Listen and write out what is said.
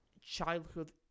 Childhood